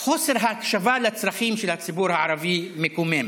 חוסר ההקשבה לצרכים של הציבור הערבי מקומם.